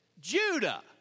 Judah